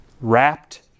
wrapped